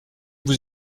vous